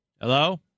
Hello